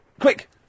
quick